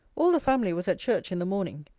all the family was at church in the morning.